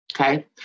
Okay